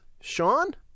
Sean